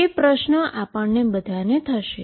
તે પ્રશ્ન આપણને બધાને થશે